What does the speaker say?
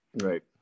Right